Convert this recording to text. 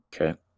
Okay